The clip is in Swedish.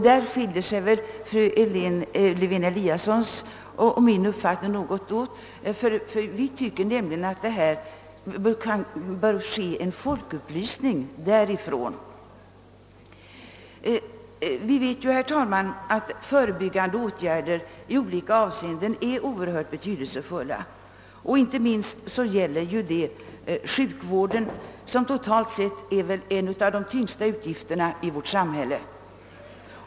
Där skiljer sig fru Lewén-Eliassons uppfattning och min uppfattning åt. Jag tycker nämligen att det är naturligt och lämpligt att folkhälsoinstitutet anförtros uppgifter om en folkupplysning på bred front. Förebyggande åtgärder i olika avseenden är oerhört betydelsefulla, och inte minst gäller det sjukvården som, totalt sett, väl är ett av de områden som svarar för de tyngsta utgifterna i vårt samhälle.